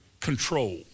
Control